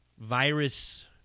virus